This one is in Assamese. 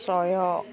ছয়